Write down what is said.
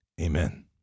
Amen